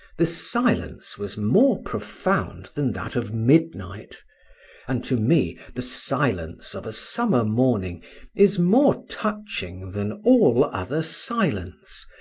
the silence was more profound than that of midnight and to me the silence of a summer morning is more touching than all other silence,